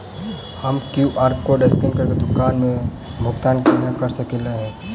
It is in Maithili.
हम क्यू.आर कोड स्कैन करके दुकान मे भुगतान केना करऽ सकलिये एहन?